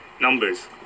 numbers